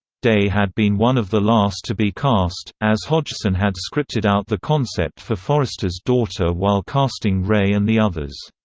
day had been one of the last to be cast, as hodgson had scripted out the concept for forrester's daughter while casting ray and the others.